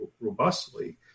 robustly